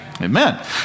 Amen